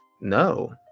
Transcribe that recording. no